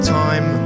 time